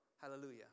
Hallelujah